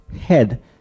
head